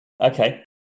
okay